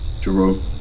Jerome